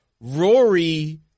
Rory